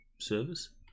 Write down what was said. service